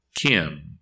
Kim